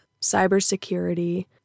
cybersecurity